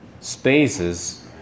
spaces